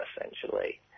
essentially